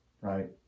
Right